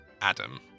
Adam